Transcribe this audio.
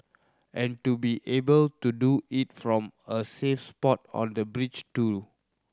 and to be able to do it from a safe spot on a bridge too